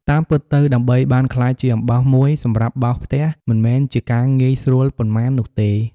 តាមពិតទៅ ដើម្បីបានក្លាយជាអំបោសមួយ សម្រាប់បោសផ្ទះមិនមែនជាការងាយស្រួលប៉ុន្មាននោះទេ។